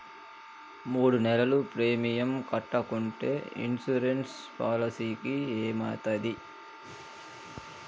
మూడు నెలలు ప్రీమియం కట్టకుంటే ఇన్సూరెన్స్ పాలసీకి ఏమైతది?